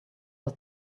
was